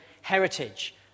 heritage